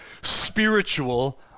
spiritual